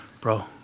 Bro